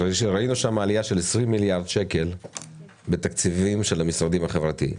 ראינו שם עלייה של 20 מיליארד שקלים בתקציבים של המשרדים החברתיים.